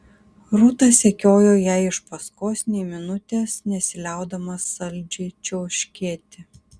rūta sekiojo jai iš paskos nė minutės nesiliaudama saldžiai čiauškėti